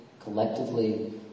collectively